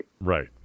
Right